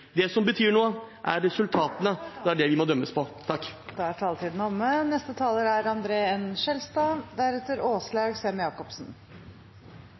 Det som betyr noe, er resultatene. Det er det vi må dømmes